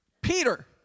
Peter